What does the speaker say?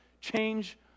change